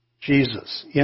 Jesus